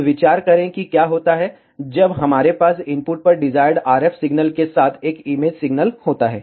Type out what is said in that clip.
अब विचार करें कि क्या होता है जब हमारे पास इनपुट पर डिजायर्ड RF सिग्नल के साथ एक इमेज सिग्नल होता है